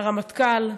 לרמטכ"ל,